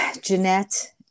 Jeanette